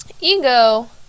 Ego